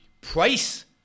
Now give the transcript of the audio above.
price